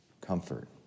comfort